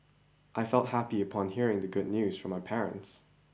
I felt happy upon hearing the good news from my parents